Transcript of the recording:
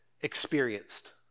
experienced